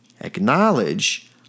acknowledge